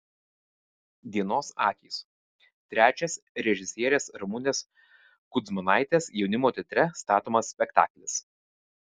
dienos akys trečias režisierės ramunės kudzmanaitės jaunimo teatre statomas spektaklis